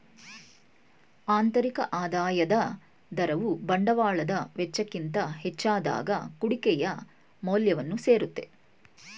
ಆಂತರಿಕ ಆದಾಯದ ದರವು ಬಂಡವಾಳದ ವೆಚ್ಚಕ್ಕಿಂತ ಹೆಚ್ಚಾದಾಗ ಕುಡಿಕೆಯ ಮೌಲ್ಯವನ್ನು ಸೇರುತ್ತೆ